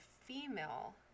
female